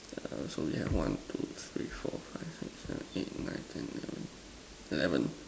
uh so we have one two three four five six seven eight nine ten eleven eleven